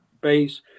base